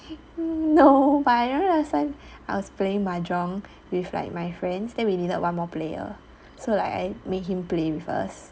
no but I remember last time I was playing mahjong with like my friends then we needed one more player so like I made him play with us